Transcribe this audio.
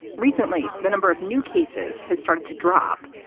recently, the number of new cases has started to drop,